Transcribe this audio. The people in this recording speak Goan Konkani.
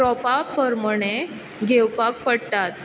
प्रोपा पोरमाणें घेवपाक पडटात